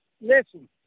Listen